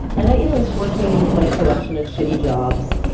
and i you know was working my collection of shitty jobs.